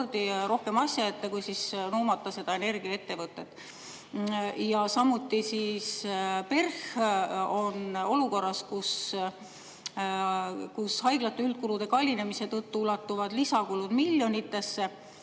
rohkem asja ette kui nuumata seda energiaettevõtet. Samuti on PERH olukorras, kus haiglate üldkulude kallinemise tõttu ulatuvad lisakulud miljonitesse.